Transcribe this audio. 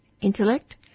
intellect